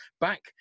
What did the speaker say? back